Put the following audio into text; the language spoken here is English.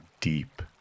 deep